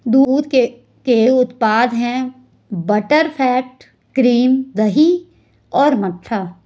दूध के उत्पाद हैं बटरफैट, क्रीम, दही और मट्ठा